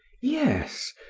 yes,